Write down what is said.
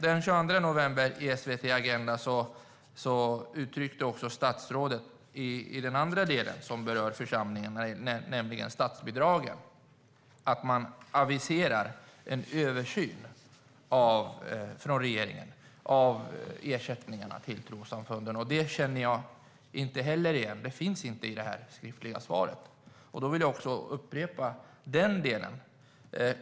Den 22 november uttryckte statsrådet i SVT:s Agenda att regeringen aviserar en översyn när det gäller statsbidragen till trossamfunden. Det finns inte med i ministerns svar. Därför vill jag upprepa min fråga i den delen.